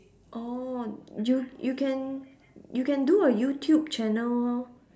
orh you you can you can do a youtube channel orh